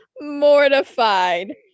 mortified